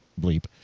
bleep